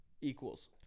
equals